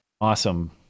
awesome